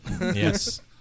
Yes